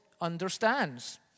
understands